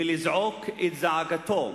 מלזעוק את זעקתו,